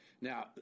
Now